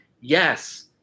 yes